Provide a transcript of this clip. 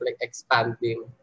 expanding